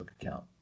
account